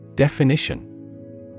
Definition